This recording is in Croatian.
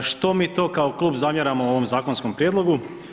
Što mi to kao klub zamjeramo ovom zakonskom prijedlogu?